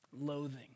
Loathing